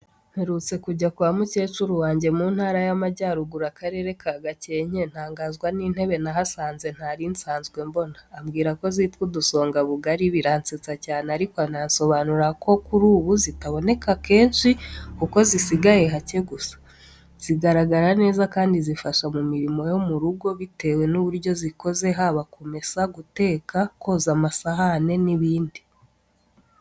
Mperutse kujya kwa mukecuru wanjye mu Ntara y’Amajyaruguru, Akarere ka Gakenke. Ntangazwa n’intebe nahasanze ntari nsanzwe mbona. Ambwira ko zitwa udusongabugari, biransetsa cyane, ariko anansobanurira ko kuri ubu zitakiboneka kenshi kuko zisigaye hake gusa. Zigaragara neza kandi zifasha mu mirimo yo mu rugo, bitewe n’uburyo zikoze, haba kumesa, guteka, koza amasahani n’ibindi.